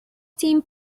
team